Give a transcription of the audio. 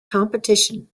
competition